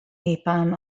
napalm